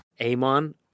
Amon